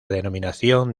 denominación